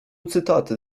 cytaty